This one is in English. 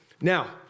Now